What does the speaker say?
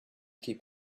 keep